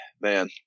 man